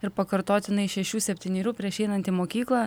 ir pakartotinai šešių septynerių prieš einant į mokyklą